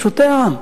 פשוטי העם,